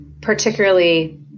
particularly